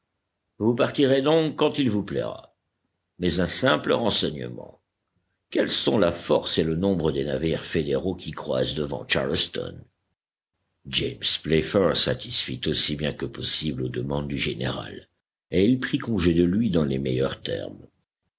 vous partirez donc quand il vous plaira mais un simple renseignement quels sont la force et le nombre des navires fédéraux qui croisent devant charleston james playfair satisfit aussi bien que possible aux demandes du général et il prit congé de lui dans les meilleurs termes